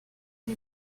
une